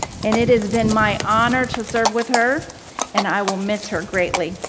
and it has been my honor to serve with her and i will miss her greatly.